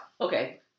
Okay